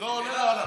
לא עולה, עלה.